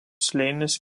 slėnis